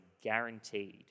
guaranteed